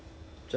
like you